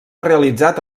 realitzat